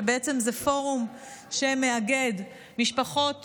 שבעצם זה פורום שמאגד משפחות